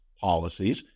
policies